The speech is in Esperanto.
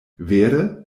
vere